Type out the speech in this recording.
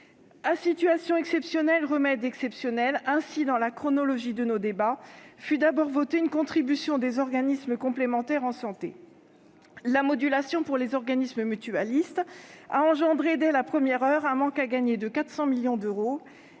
À situation exceptionnelle, remèdes exceptionnels ! Ainsi, chronologiquement fut d'abord votée une contribution des organismes complémentaires en santé. La modulation pour les organismes mutualistes a entraîné, dès la première heure, un manque à gagner de 400 millions d'euros.